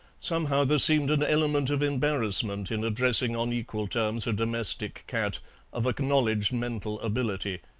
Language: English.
somehow there seemed an element of embarrassment in addressing on equal terms a domestic cat of acknowledged dental ability.